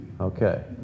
okay